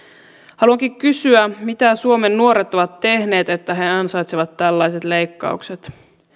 haluankin kysyä mitä suomen nuoret ovat tehneet että he ansaitsevat tällaiset leikkaukset